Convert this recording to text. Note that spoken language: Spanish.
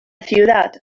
ciudad